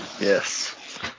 Yes